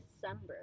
December